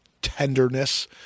tenderness